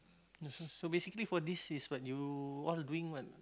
so basically for this is when you all doing what